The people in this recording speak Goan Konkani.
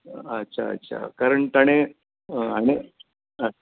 अच्छा अच्छा कारण ताणे आनी